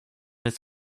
its